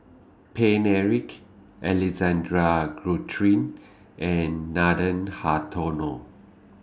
Paine Eric Alexander Guthrie and Nathan Hartono